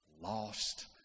lost